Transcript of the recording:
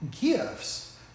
gifts